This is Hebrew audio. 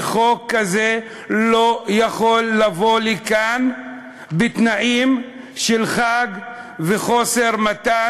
וחוק כזה לא יכול לבוא לכאן בתנאים של חג ואי-מתן